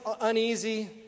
uneasy